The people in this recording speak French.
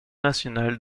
nationale